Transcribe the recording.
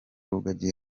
rugagi